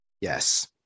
Yes